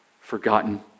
forgotten